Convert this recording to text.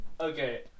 Okay